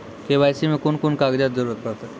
KYC मे कून कून कागजक जरूरत परतै?